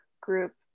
group